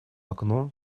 окно